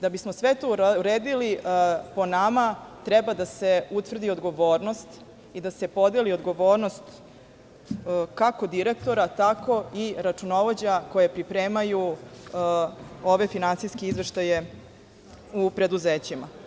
Da bismo sve to uredili, po nama, treba da se utvrdi odgovornost i da se podeli odgovornost, kako direktora, tako i računovođa koje pripremaju ove finansijske izveštaje u preduzećima.